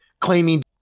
claiming